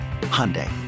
Hyundai